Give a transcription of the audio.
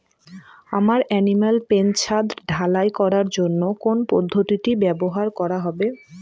আমার animal pen ছাদ ঢালাই করার জন্য কোন পদ্ধতিটি ব্যবহার করা হবে?